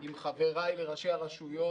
עם חבריי ראשי הרשויות,